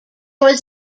was